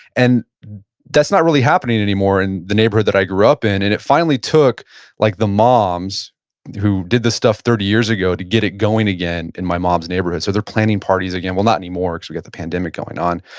and that's not really happening anymore in the neighbor that i grew up in. and it finally took like the moms who did this stuff thirty years ago to get it going again in my mom's neighborhood. so they're planning parties again. well, not anymore cause we got the pandemic going on.